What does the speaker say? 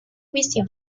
juicio